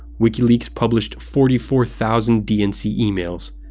wikileaks published forty four thousand dnc emails.